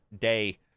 day